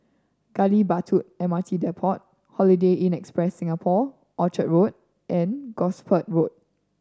Gali Batu M R T Depot Holiday Inn Express Singapore Orchard Road and Gosport Road